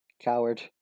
Coward